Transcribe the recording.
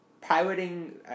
piloting